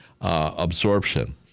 absorption